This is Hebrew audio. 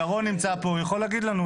ירון נמצא פה, הוא יכול להגיד לנו.